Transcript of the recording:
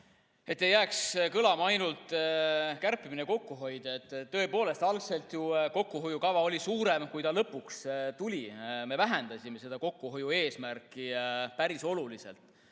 et ei jääks kõlama ainult kärpimine ja kokkuhoid. Tõepoolest, algselt oli kokkuhoiukava suurem, kui ta lõpuks oli. Me vähendasime kokkuhoiueesmärki päris oluliselt.